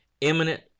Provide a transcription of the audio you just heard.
imminent